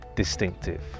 distinctive